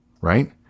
right